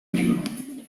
negro